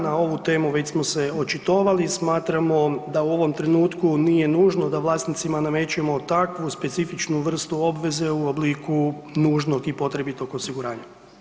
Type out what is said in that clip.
Na ovu temu već smo se očitovali, smatramo da u ovom trenutku nije nužno da vlasnicima namećemo takvu specifičnu vrstu obveze u obliku nužnog i potrebitog osiguranja.